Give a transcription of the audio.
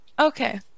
Okay